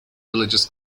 religious